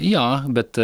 jo bet